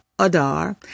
Adar